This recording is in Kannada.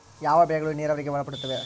ಯಾವ ಬೆಳೆಗಳು ನೇರಾವರಿಗೆ ಒಳಪಡುತ್ತವೆ?